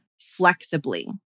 flexibly